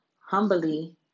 humbly